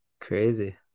crazy